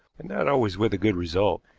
and not always with a good result.